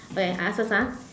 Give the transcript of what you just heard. okay I ask first ah